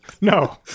No